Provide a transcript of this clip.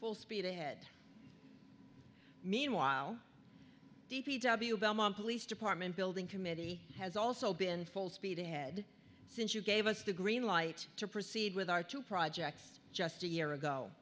full speed ahead meanwhile d p w belmont police department building committee has also been full speed ahead since you gave us the green light to proceed with our two projects just a year ago